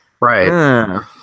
right